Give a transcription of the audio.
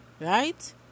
right